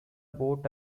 boat